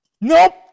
Nope